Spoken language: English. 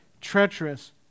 treacherous